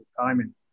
timing